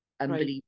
Unbelievable